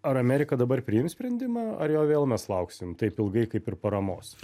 ar amerika dabar priims sprendimą ar jo vėl mes lauksim taip ilgai kaip ir paramos